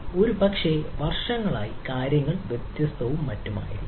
ഒരുപക്ഷേ വർഷങ്ങളായി കാര്യങ്ങൾ വ്യത്യസ്തവും മറ്റും